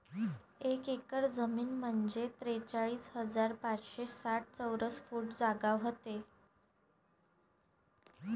एक एकर जमीन म्हंजे त्रेचाळीस हजार पाचशे साठ चौरस फूट जागा व्हते